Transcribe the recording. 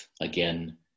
again